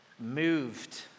moved